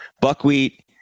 Buckwheat